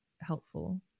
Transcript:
helpful